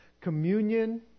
communion